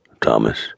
Thomas